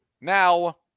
Now